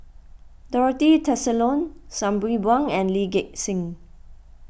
Dorothy Tessensohn Sabri Buang and Lee Gek Seng